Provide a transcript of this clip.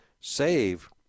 Save